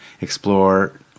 explore